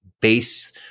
base